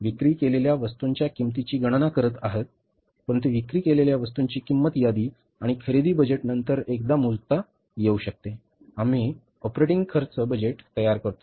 विक्री केलेल्या वस्तूंच्या किंमतीची गणना करत आहे परंतु विक्री केलेल्या वस्तूंची किंमत यादी आणि खरेदी बजेटनंतर एकदा मोजता येऊ शकते आम्ही ऑपरेटिंग खर्च बजेट तयार करतो